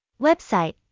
Website